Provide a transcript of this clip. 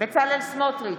בצלאל סמוטריץ'